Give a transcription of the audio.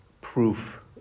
proof